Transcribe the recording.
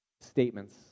statements